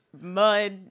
mud